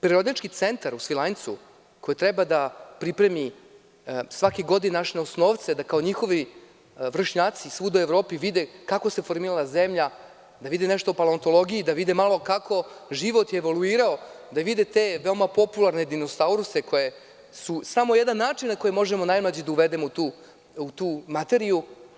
Periodički centar u Svilajncu, koji treba da pripremi svake godine naše osnovce da kao njihovi vršnjaci svuda u Evropi vide kako se formirala zemlja, da vide nešto o paleontologiji, da vide malo kako je život evoluirao, da vide te veoma popularne dinosauruse, koji su samo jedan način na koji možemo najmlađe da uvedemo u tu materiju.